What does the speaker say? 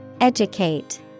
Educate